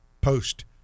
post